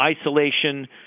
isolation